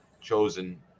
chosen